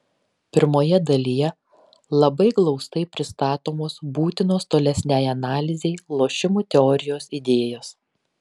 pirmoje dalyje labai glaustai pristatomos būtinos tolesnei analizei lošimų teorijos idėjos